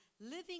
living